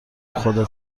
خدا